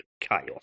Chaos